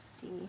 see